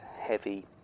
heavy